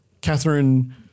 Catherine